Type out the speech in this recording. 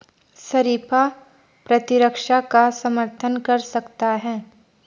शरीफा प्रतिरक्षा का समर्थन कर सकता है